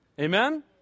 Amen